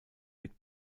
rick